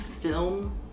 film